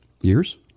years